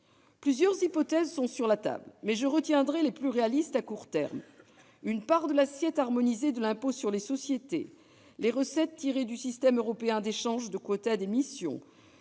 Plusieurs hypothèses sont sur la table, mais je ne retiendrai que les plus réalistes à court terme : attribuer à l'Union européenne une part de l'assiette harmonisée de l'impôt sur les sociétés, les recettes tirées du système européen d'échanges de quotas d'émission,